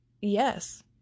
yes